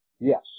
Yes